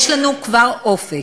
יש לנו כבר אופק,